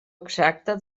exacta